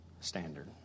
Standard